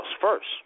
First